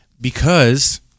because-